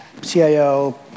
CIO